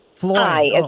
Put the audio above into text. Hi